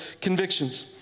convictions